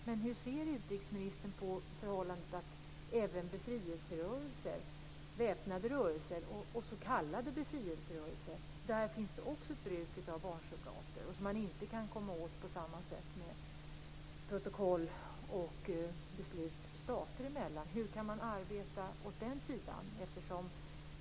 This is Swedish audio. Men hur ser utrikesministern på förhållandet att det även i befrielserörelser, väpnade rörelser och så kallade befrielserörelser finns ett bruk av barnsoldater som man inte kan komma åt på samma sätt med protokoll och beslut stater emellan? Hur kan man arbeta med den sidan?